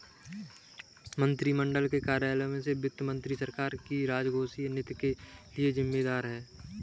मंत्रिमंडल के कार्यालयों में से वित्त मंत्री सरकार की राजकोषीय नीति के लिए जिम्मेदार है